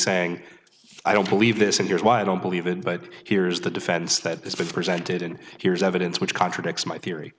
saying i don't believe this and here's why i don't believe it but here's the defense that has been presented in here is evidence which contradicts my theory